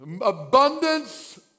Abundance